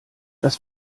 das